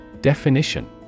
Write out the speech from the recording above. Definition